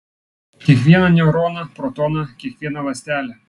kiekvieną neuroną protoną kiekvieną ląstelę